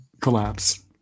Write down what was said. collapse